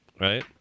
Right